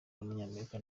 w’umunyamerika